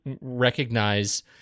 recognize